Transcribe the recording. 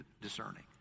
discerning